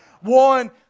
one